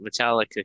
Metallica